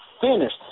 finished